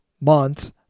month